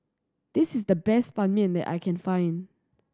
this is the best Ban Mian that I can find